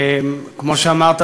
כמו שאמרת,